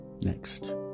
Next